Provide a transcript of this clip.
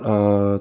uh